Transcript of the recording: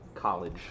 college